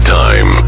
time